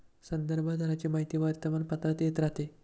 संदर्भ दराची माहिती वर्तमानपत्रात येत राहते